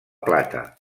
plata